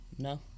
No